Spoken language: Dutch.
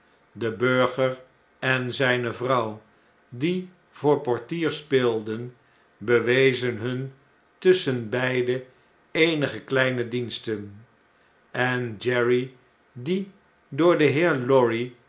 de burger en zyne vrouw die voor portier speelden bewezenhun tusschenbeide eenige kleine diensten en jerry die door den heer lorry